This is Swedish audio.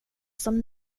som